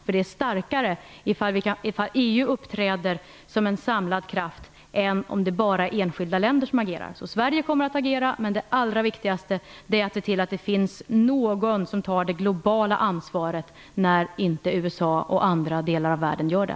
Det ger en starkare effekt om EU uppträder som en samlad kraft än om det bara är enstaka länder som agerar. Sverige kommer att agera, men det allra viktigaste är att se till att det finns någon som tar det globala ansvaret när inte USA och andra delar av världen gör det.